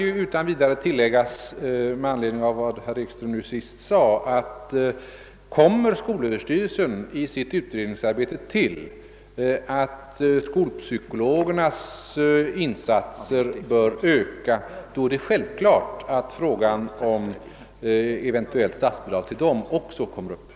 Det kan dock tilläggas med anledning av vad herr Ekström senast sade att frågan om eventuellt statsbidrag till skolpsykologerna självfallet också kommer upp till prövning, om skolöverstyrelsen i sitt utredningsarbete kommer till det resultatet att skolpsykologernas insatser bör öka.